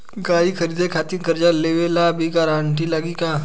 गाड़ी खरीदे खातिर कर्जा लेवे ला भी गारंटी लागी का?